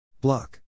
Block